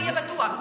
תהיה בטוח,